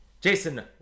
Jason